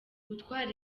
gutwara